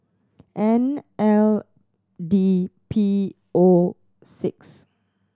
N L D P O six